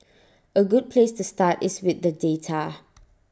A good place to start is with the data